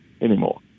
anymore